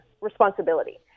responsibility